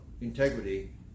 integrity